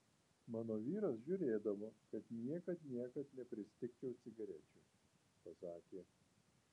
mano vyras žiūrėdavo kad niekad niekad nepristigčiau cigarečių pasakė